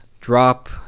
drop